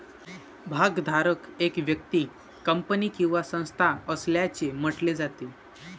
भागधारक एक व्यक्ती, कंपनी किंवा संस्था असल्याचे म्हटले जाते